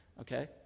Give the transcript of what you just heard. Okay